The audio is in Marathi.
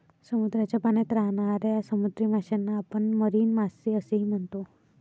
समुद्राच्या पाण्यात राहणाऱ्या समुद्री माशांना आपण मरीन मासे असेही म्हणतो